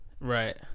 Right